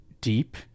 deep